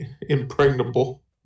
impregnable